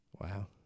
Wow